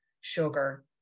sugar